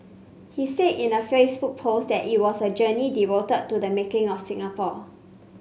he said in a Facebook post that it was a journey devoted to the making of Singapore